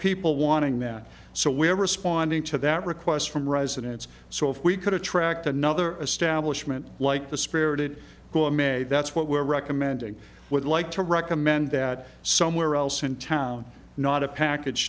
people wanting that so we're responding to that request from residents so if we could attract another establishment like the spirit who i'm a that's what we're recommending would like to recommend that somewhere else in town not a package